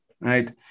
right